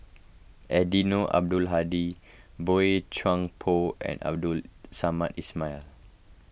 Eddino Abdul Hadi Boey Chuan Poh and Abdul Samad Ismail